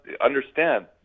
understand